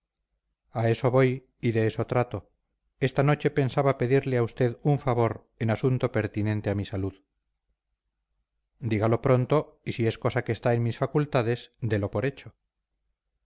a eso voy y de eso trato esta noche pensaba pedirle a usted un favor en asunto pertinente a mi salud dígalo pronto y si es cosa que está en mis facultades delo por hecho